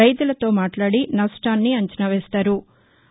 రైతులతో మాట్లాడి నష్టాన్ని అంచనా వేస్తారు